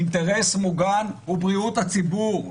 אינטרס מוגן הוא בריאות הציבור.